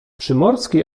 przymorski